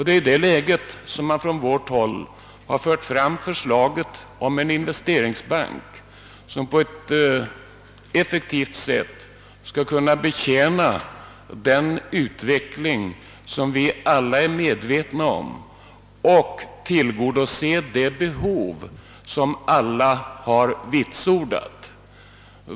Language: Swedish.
Det är i det läget man från vårt håll fört fram förslaget om en investeringsbank, som på ett effektivt sätt skall kunna betjäna den utveckling som vi alla är medvetna om och som tillgodoser det behov som vi alla har vitsordat.